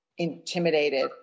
intimidated